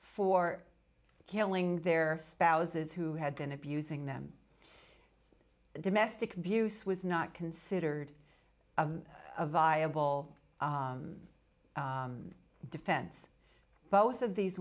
for killing their spouses who had been abusing them domestic abuse was not considered a viable defense both of these